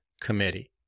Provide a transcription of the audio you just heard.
committee